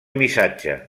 missatge